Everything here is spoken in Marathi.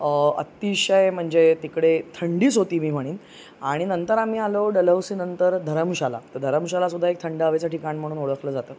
अतिशय म्हणजे तिकडे थंडीच होती बी म्हणीन आणि नंतर आम्ही आलो डलहौसीनंतर धरमशाला तर धरमशालासुद्धा एक थंड हवेचं ठिकाण म्हणून ओळखलं जातं